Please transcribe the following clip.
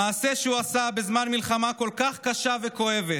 המעשה שהוא עשה בזמן מלחמה כל כך קשה וכואבת,